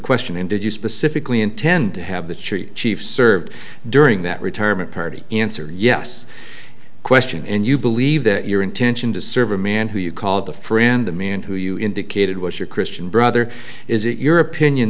question him did you specifically intend to have the chief chief serve during that retirement party answer yes question and you believe that your intention to serve a man who you called a friend a man who you indicated was your christian brother is it your opinion